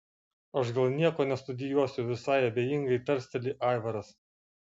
aš gal nieko nestudijuosiu visai abejingai tarsteli aivaras